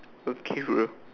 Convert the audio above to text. okay bro